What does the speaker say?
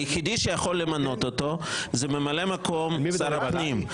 היחידי שיכול למנות אותו הוא ממלא מקום שר הפנים,